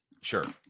Sure